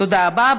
תודה רבה.